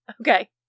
Okay